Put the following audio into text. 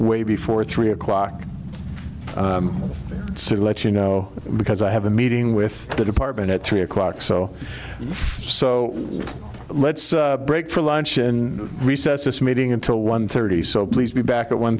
way before three o'clock let you know because i have a meeting with the department at three o'clock so so let's break for lunch and recess this meeting until one thirty so please be back at one